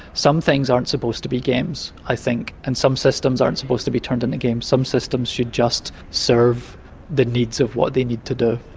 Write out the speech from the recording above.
some things aren't supposed to be games i think and some systems aren't supposed to be turned into games, some systems should just serve the needs of what they need to do.